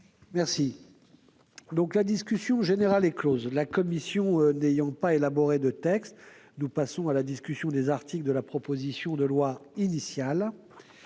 à apporter. La discussion générale est close. La commission n'ayant pas élaboré de texte, nous passons à la discussion des articles de la proposition de loi initiale.